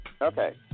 Okay